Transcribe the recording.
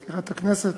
מזכירת הכנסת,